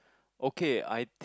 okay I